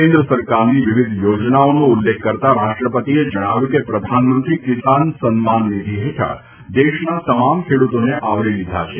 કેન્દ્ર સરકારની વિવિધ યોજનાઓનો ઉલ્લેખ કરતાં રાષ્ટ્રપતિએ જણાવ્યું કે પ્રધાનમંત્રી કિસાન સન્માન નિધિ હેઠળ દેશના તમામ ખેડૂતોને આવરી લીધા છે